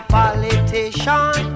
politician